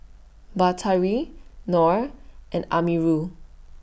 Batari Nor and Amirul